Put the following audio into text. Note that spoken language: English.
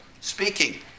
speaking